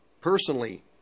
personally